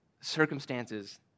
circumstances